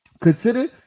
Consider